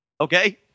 Okay